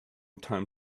time